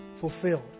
fulfilled